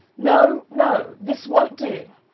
no, no. this won't do.